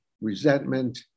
resentment